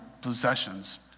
possessions